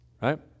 right